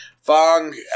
Fong